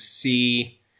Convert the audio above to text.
see